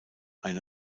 eine